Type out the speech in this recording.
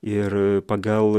ir pagal